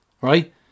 Right